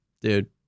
Dude